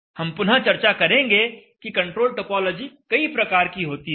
हम पुनः चर्चा करेंगे कि कंट्रोल टोपोलॉजी कई प्रकार की होती हैं